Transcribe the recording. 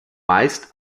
meist